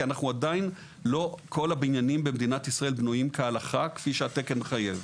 כי עדיין לא כל הבניינים במדינת ישראל בנויים כהלכה כפי שהתקן מחייב.